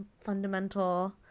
fundamental